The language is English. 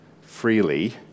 freely